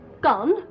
Gone